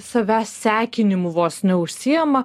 savęs sekinimu vos neužsiima